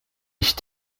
ich